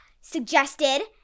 suggested